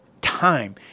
time